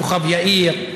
כוכב יאיר,